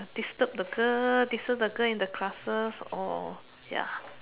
disturb the girl disturb the girl in the classes or ya